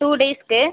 two டேஸுக்கு